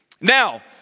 Now